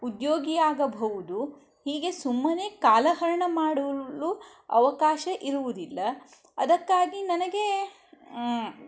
ಉದ್ಯೋಗಿಯಾಗಬಹುದು ಹೀಗೆ ಸುಮ್ಮನೆ ಕಾಲಹರಣ ಮಾಡಲು ಅವಕಾಶ ಇರುವುದಿಲ್ಲ ಅದಕ್ಕಾಗಿ ನನಗೆ